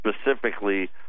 specifically